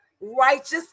righteous